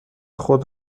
خود